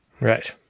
Right